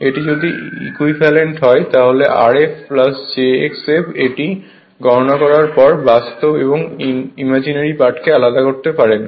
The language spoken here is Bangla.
এটি যদি ইকুইভ্যালেন্ট হয় তাহলে Rf j x f এটি গণনা করার পর বাস্তব এবং ইমাজিনারি পার্টকে আলাদা করতে পারে